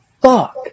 Fuck